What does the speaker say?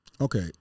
Okay